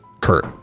Kurt